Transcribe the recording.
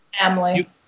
family